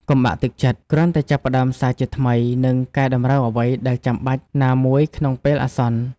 កុំបាក់ទឹកចិត្ត! គ្រាន់តែចាប់ផ្តើមសារជាថ្មី និងកែតម្រូវអ្វីដែលចាំបាច់ណាមួយក្នុងពេលអាសន្ន។